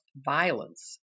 violence